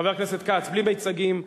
חבר הכנסת כץ, בלי מיצגים.